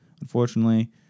Unfortunately